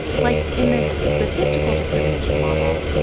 like, in this statistical discrimination model,